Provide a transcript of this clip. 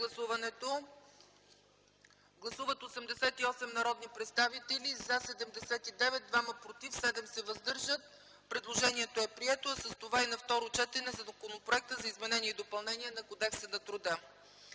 Гласували 88 народни представители: за 79, против 2, въздържали се 7. Предложението е прието, а с това на второ четене и Законът за изменение и допълнение на Кодекса на труда.